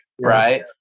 right